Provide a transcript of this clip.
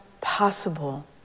possible